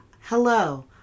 Hello